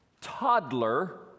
Toddler